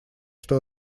что